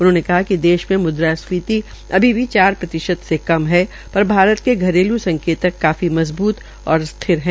उन्होंने कहा कि देश में मुद्रास्फीति अभी भी चार प्रतिशत से कम है पर भारत के घरेलू संकेतक काफी मजबूत और स्थिर है